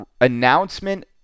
announcement